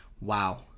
Wow